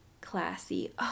Classy